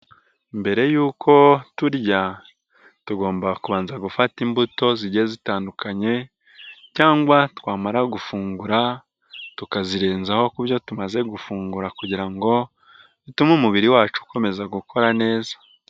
Mbere yuko turya tugomba kubanza gufata imbuto zigiye zitandukanye cyangwa twamara gufungura, tukazirenzaho ku byo tumaze gufungura kugira ngo dutume umubiri wacu ukomeza gukora neza.